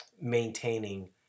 maintaining